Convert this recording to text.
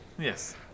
Yes